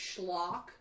Schlock